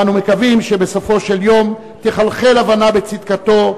ואנו מקווים שבסופו של יום תחלחל ההבנה בצדקתו,